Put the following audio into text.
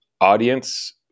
audience